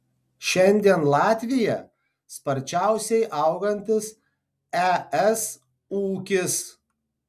šiandien latvija sparčiausiai augantis es ūkis